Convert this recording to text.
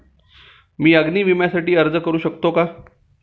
मी अग्नी विम्यासाठी अर्ज करू शकते का?